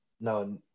No